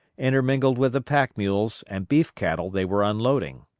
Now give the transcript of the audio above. intermingled with the pack-mules and beef cattle they were unloading.